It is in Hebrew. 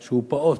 הוא פעוט.